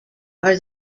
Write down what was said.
are